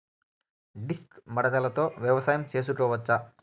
Disc మడకలతో వ్యవసాయం చేసుకోవచ్చా??